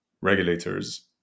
regulators